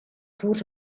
thought